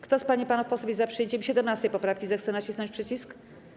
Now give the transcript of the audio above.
Kto z pań i panów posłów jest za przyjęciem 17. poprawki, zechce nacisnąć przycisk.